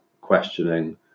questioning